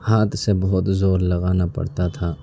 ہاتھ سے بہت زور لگانا پڑتا تھا